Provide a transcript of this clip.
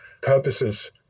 purposes